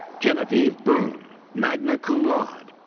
genevieve brune, magna cum laude.